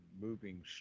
moving